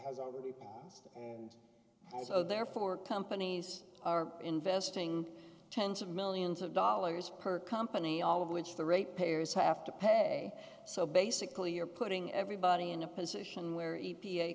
has already so therefore companies are investing tens of millions of dollars per company all of which the rate payers have to pay so basically you're putting everybody in a position where e